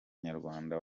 nyarwanda